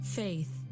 faith